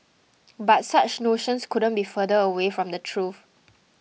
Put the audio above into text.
but such notions couldn't be further away from the truth